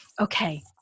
Okay